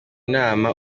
nama